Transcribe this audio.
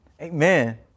Amen